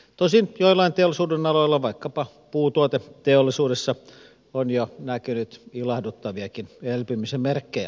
tosin joillain teollisuudenaloilla vaikkapa puutuoteteollisuudessa on jo näkynyt ilahduttaviakin elpymisen merkkejä